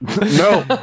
No